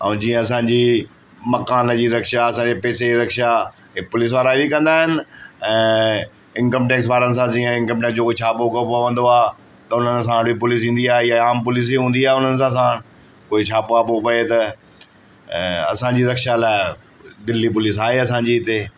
ऐं जीअं असांजी मकान जी रक्षा असांजे पैसे जी रक्षा पुलिस वारा बि कंदा आहिनि ऐं इंकम टेक्स वारनि सां जीअं इंकम टेक्स जो जीअं छापो पवंदो आहे त उन सां पुलिस ईंदी आहे आम पुलिस ई हूंदी आहे हुन असांसां कोई छापो वापो पए त ऐं असांजी रक्षा लाइ दिल्ली पुलिस आहे असांजी हिते